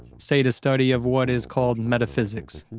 say, to study of what is called metaphysics,